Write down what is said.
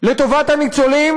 לטובת הניצולים,